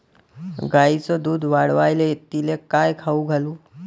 गायीचं दुध वाढवायले तिले काय खाऊ घालू?